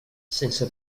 sense